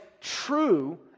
true